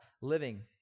living